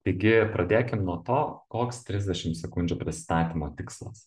taigi pradėkim nuo to koks trisdešim sekundžių prisistatymo tikslas